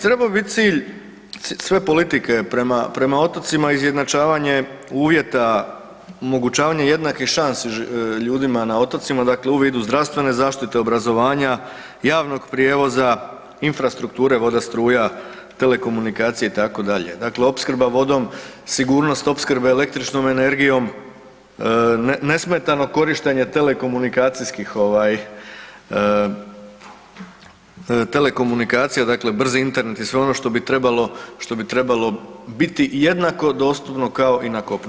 Trebao bi biti cilj sve politike prema otocima izjednačavanje uvjeta, omogućavanje jednake šanse ljudima na otocima, dakle u vidu zdravstvene zaštite, obrazovanja, javnog prijevoza, infrastrukture, voda, struja, telekomunikacije itd., dakle, opskrba vodom, sigurnost opskrbe električnom energijom, nesmetano korištenje telekomunikacijskih, ovaj, telekomunikacije, dakle brzi Internet i sve ono što bi trebalo biti jednako dostupno kao i na kopunu.